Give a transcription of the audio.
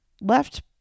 left